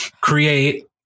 create